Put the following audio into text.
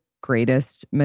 greatest